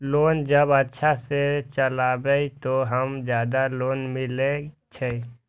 Loan जब अच्छा से चलेबे तो और ज्यादा लोन मिले छै?